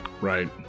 Right